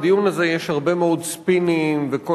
בדיון הזה יש הרבה מאוד ספינים וכל